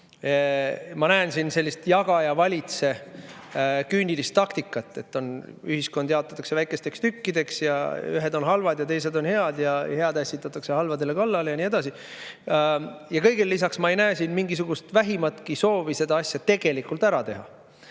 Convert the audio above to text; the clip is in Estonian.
Ma näen siin küünilist jaga-ja-valitse-taktikat, et ühiskond jaotatakse väikesteks tükkideks, ühed on halvad ja teised on head, ning head ässitatakse halbadele kallale ja nii edasi. Kõigele lisaks ma ei näe siin mingisugust vähimatki soovi seda asja tegelikult ära teha.